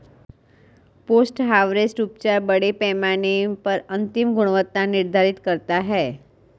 post harvest उपचार बड़े पैमाने पर अंतिम गुणवत्ता निर्धारित करता है